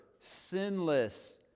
sinless